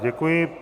Děkuji.